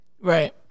Right